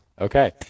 Okay